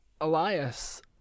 Elias